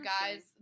guys